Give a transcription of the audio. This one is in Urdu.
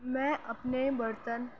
میں اپنے برتن